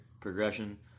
progression